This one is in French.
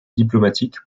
diplomatiques